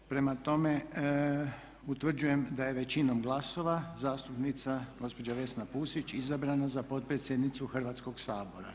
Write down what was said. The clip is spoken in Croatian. Prema tome, utvrđujem da je većinom glasova zastupnica gospođa Vesna Pusić izabrana za potpredsjednicu Hrvatskoga sabora.